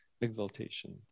exaltation